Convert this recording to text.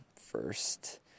first